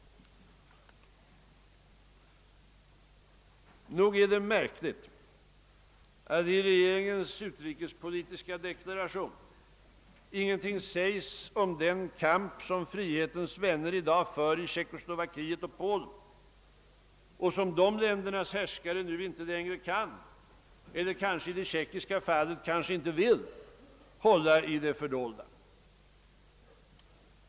Nog är det märkligt att i regeringens utrikespolitiska deklaration ingenting sägs om den kamp som frihetens vänner i dag för i Tjeckoslovakien och Polen och som dessa länders verkliga härskare nu inte längre kan eller — i det tjeckiska fallet — kanske inte vill hålla i det fördolda.